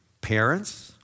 parents